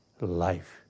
life